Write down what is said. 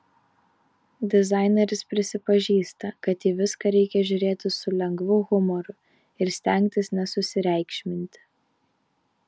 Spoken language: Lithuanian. dizaineris prisipažįsta kad į viską reikia žiūrėti su lengvu humoru ir stengtis nesusireikšminti